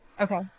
okay